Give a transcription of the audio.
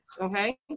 okay